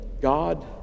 God